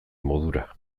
modura